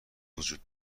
وجود